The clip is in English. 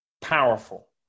powerful